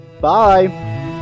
Bye